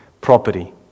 property